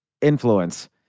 influence